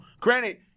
Granted